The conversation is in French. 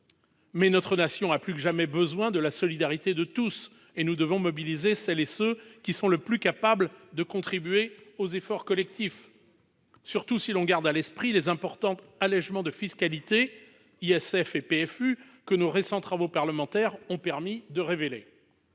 mais notre nation a plus que jamais besoin de la solidarité de tous et nous devons mobiliser celles et ceux qui sont le plus capables de contribuer aux efforts collectifs, surtout si l'on garde à l'esprit les importants allégements de fiscalité-ISF et prélèvement forfaitaire unique (PFU)-que nos récents travaux parlementaires ont permis de révéler